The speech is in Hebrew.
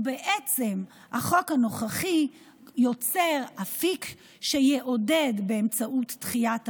החוק הנוכחי יוצר אפיק שיעודד, באמצעות דחיית המס,